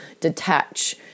detach